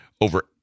Over